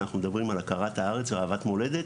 ואנחנו מדברים על הכרת הארץ ואהבת מולדת.